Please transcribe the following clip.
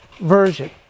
version